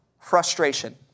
frustration